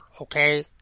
Okay